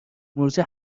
مورچه